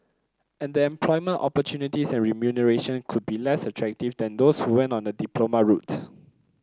and the employment opportunities and remuneration could be less attractive than those who went on a diploma routes